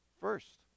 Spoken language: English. First